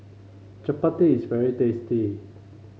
chapati is very tasty